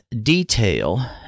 detail